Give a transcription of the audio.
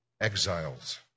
exiles